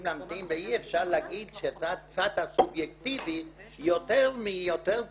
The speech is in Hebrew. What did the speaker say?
להמתין ואי אפשר להגיד שאתה צד סובייקטיבי יותר -- -כלומר,